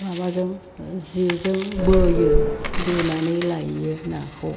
माबाजों जेजों बोयो बोनानै लायो नाखौ